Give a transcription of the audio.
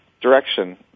direction